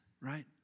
right